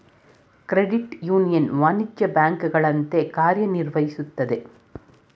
credit union ವಾಣಿಜ್ಯ ಬ್ಯಾಂಕುಗಳ ಅಂತೆ ಕಾರ್ಯ ನಿರ್ವಹಿಸುತ್ತದೆ